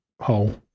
hole